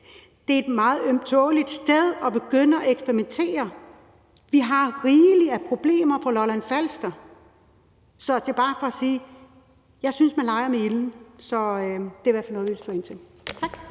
Det er et meget ømtåleligt sted at begynde at eksperimentere. Vi har rigeligt af problemer på Lolland-Falster. Så det er bare for at sige: Jeg synes, at man leger med ilden. Så det er i hvert fald noget, vi vil spørge ind til. Tak.